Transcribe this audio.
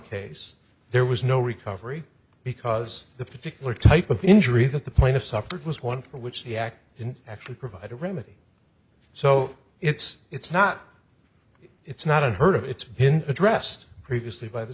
case there was no recovery because the particular type of injury that the plaintiff suffered was one for which the act didn't actually provide a remedy so it's it's not it's not unheard of it's been addressed previously by th